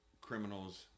criminals